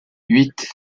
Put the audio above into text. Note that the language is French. huit